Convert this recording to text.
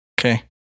Okay